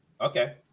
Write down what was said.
Okay